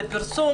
הפרסום